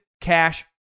cash